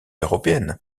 européenne